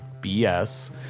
BS